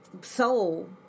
soul